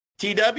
TW